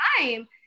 time